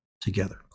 together